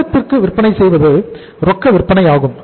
ரொக்கத்திற்கு விற்பனை செய்வது ரொக்க விற்பனையாகும்